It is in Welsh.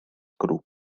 grŵp